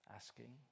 asking